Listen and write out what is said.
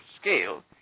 scale